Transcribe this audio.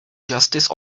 justice